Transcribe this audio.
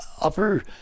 upper